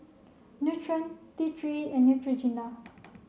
Nutren T three and Neutrogena